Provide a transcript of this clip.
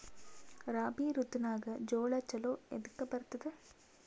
ರಾಬಿ ಋತುನಾಗ್ ಜೋಳ ಚಲೋ ಎದಕ ಬರತದ?